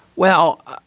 well,